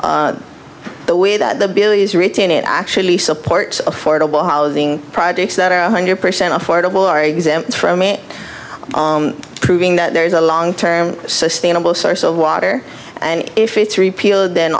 the way that the bill is written it actually supports affordable housing projects that are one hundred percent affordable are exempt from it proving that there is a long term sustainable source of water and if it's repealed then